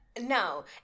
No